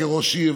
כראש עיר,